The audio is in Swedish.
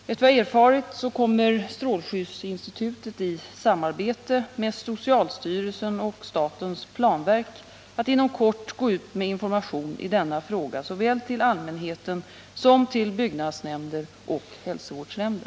Efter vad jag har erfarit kommer strålskyddsinstitutet i samarbete med socialstyrelsen och statens planverk att inom kort gå ut med information i denna fråga, såväl till allmänheten som till byggnadsnämnder och hälsovårdsnämnder.